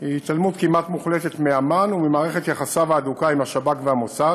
היא התעלמות כמעט מוחלטת מאמ"ן וממערכת יחסיו ההדוקה עם השב"כ והמוסד.